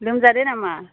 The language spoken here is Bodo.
लोमजादों नामा